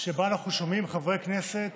שבהם אנחנו שומעים חברי כנסת